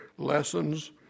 lessons